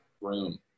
room